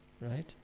right